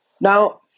Now